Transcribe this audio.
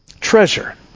treasure